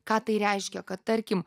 ką tai reiškia kad tarkim